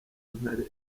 intare